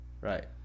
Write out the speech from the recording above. Right